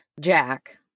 Jack